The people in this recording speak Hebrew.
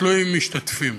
ותלוי משתתפים,